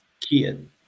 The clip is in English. kid